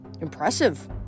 Impressive